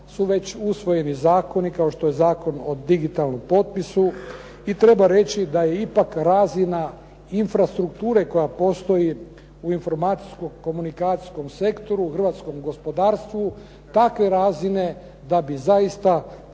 su već usvojeni zakoni kao što je Zakon o digitalnom potpisu i treba reći da je ipak razina infrastrukture koja postoji u informacijsko-komunikacijskom sektoru u hrvatskom gospodarstvu takve razine da bi zaista to